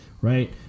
Right